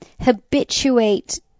habituate